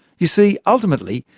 you see, ultimately,